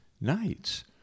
nights